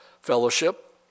Fellowship